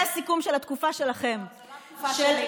זה הסיכום של התקופה שלכם, לא, זו לא התקופה שלי.